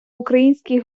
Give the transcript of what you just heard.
український